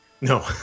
no